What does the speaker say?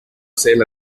sale